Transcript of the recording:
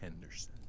Henderson